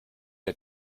der